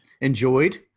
enjoyed